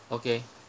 okay